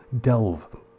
delve